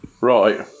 Right